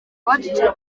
bacecetse